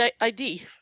ID